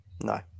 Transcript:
No